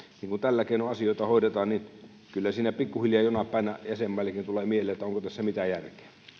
kun tällä keinoin asioita hoidetaan niin kyllä siinä pikkuhiljaa jonain päivänä jäsenmaillekin tulee mieleen että onko tässä mitään järkeä